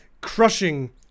crushing